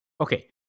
Okay